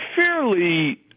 fairly